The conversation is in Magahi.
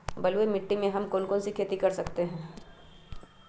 बलुई मिट्टी में हम कौन कौन सी खेती कर सकते हैँ?